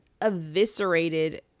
eviscerated